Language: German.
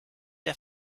der